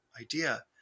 idea